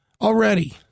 already